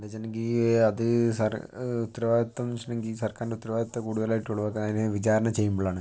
എന്തെന്ന് വെച്ചിട്ടുണ്ടെങ്കിൽ അത് സറ് ഉത്തരവാദിത്തം വെച്ചിട്ടുണ്ടെങ്കിൽ സർക്കാറിൻ്റെ ഉത്തരവാദിത്തം കൂടുതലായിട്ട് ഉളവാക്കുക അതിനെ വിചാരണ ചെയ്യുമ്പോഴാണ്